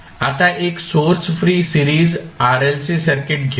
आता एक source free series RLC circuit घेऊ